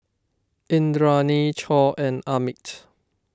Indranee Choor and Amit